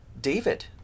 David